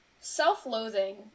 self-loathing